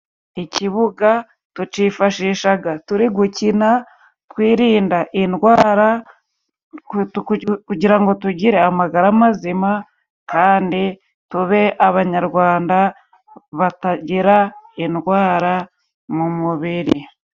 Ikibuga tucifashishaga turigukina, twirinda indwara kugira ngo tugire amagara mazima kandi tube abanyarwanda batagira indwara mu mubiri.